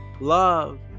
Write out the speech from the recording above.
love